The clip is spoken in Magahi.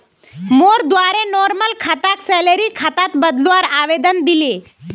मोर द्वारे नॉर्मल खाताक सैलरी खातात बदलवार आवेदन दिले